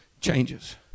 changes